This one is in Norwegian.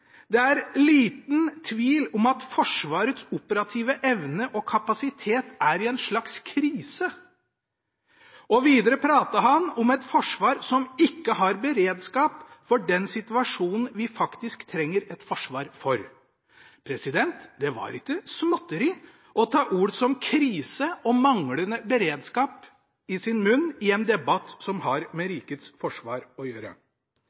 «Det er liten tvil om at Forsvarets operative evne og kapasitet er i en slags krise.» Videre pratet han om et forsvar som ikke har «beredskap for den situasjonen vi faktisk trenger forsvar for». Det var ikke småtteri å ta begrep som «krise» og «manglende beredskap» i sin munn i en debatt som har med rikets forsvar å gjøre.